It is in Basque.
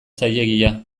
zailegia